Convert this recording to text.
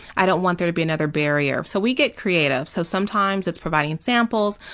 i don't want there to be another barrier, so we get creative. so sometimes it's providing samples,